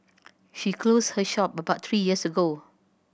she closed her shop about three years ago